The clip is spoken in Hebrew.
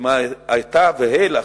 שמעתה ואילך,